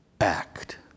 act